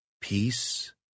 peace